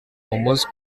umunsi